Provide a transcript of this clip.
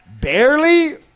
barely